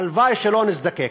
הלוואי שלא נזדקק.